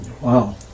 Wow